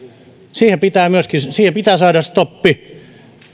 siihen pitää saada stoppi